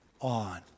on